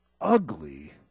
ugly